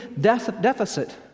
deficit